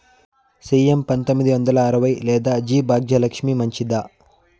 CM తొమ్మిది వందల అరవై లేదా జి భాగ్యలక్ష్మి మంచిదా?